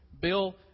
Bill